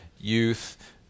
youth